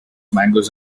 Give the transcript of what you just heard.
mangoes